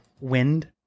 wind